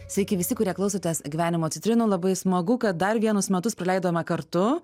sveiki visi kurie klausotės gyvenimo citrinų labai smagu kad dar vienus metus praleidome kartu